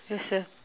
yes sir